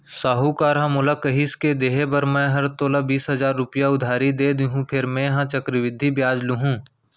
साहूकार ह मोला कहिस के देहे बर मैं हर तोला बीस हजार रूपया उधारी दे देहॅूं फेर मेंहा चक्रबृद्धि बियाल लुहूं